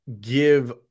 give